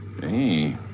Hey